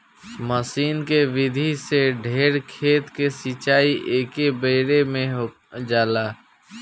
मसीन के विधि से ढेर खेत के सिंचाई एकेबेरे में हो जाला